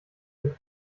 lüfte